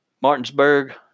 Martinsburg